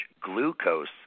glucose